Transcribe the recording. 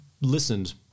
listened